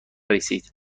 رسید